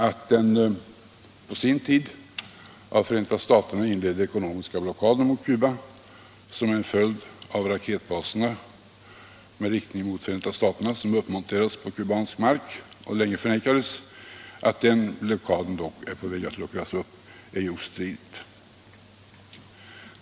Att den på sin tid av Förenta staterna inledda ekonomiska blockaden mot Cuba — som en följd av raketbaserna med riktning mot Förenta staterna, som uppmonterats på kubansk mark och länge förnekades — är på väg att luckras upp är ostridigt.